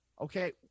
Okay